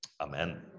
Amen